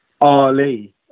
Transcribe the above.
Ali